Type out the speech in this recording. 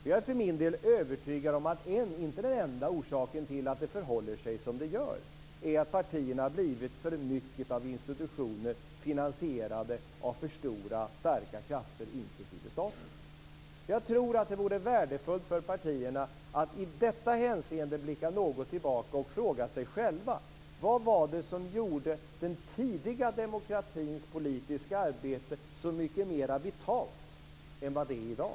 Jag är för min del övertygad om att en - inte den enda - orsak till att det förhåller sig som det gör är att partierna har blivit för mycket av institutioner, finansierade av för stora, starka krafter inklusive staten. Jag tror att det vore värdefullt för partierna att i detta hänseende blicka något tillbaka och fråga sig själva: Vad var det som gjorde den tidiga demokratins politiska arbete så mycket mera vitalt än vad det är i dag?